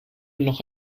noch